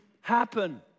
happen